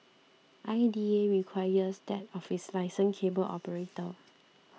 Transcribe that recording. I D A requires that of its licensed cable operator